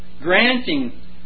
granting